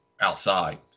outside